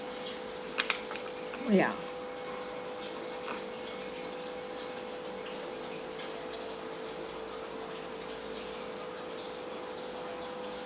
yeah